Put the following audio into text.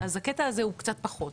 אז הקטע הזה הוא קצת פחות.